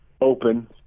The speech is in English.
open